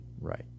Right